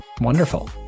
wonderful